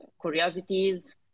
curiosities